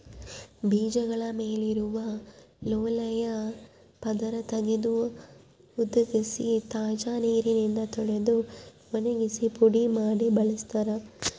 ಬೀಜಗಳ ಮೇಲಿರುವ ಲೋಳೆಯ ಪದರ ತೆಗೆದು ಹುದುಗಿಸಿ ತಾಜಾ ನೀರಿನಿಂದ ತೊಳೆದು ಒಣಗಿಸಿ ಪುಡಿ ಮಾಡಿ ಬಳಸ್ತಾರ